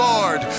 Lord